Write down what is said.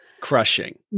Crushing